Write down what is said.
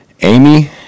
Amy